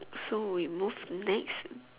so we move next